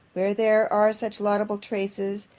where there are such laudable traces,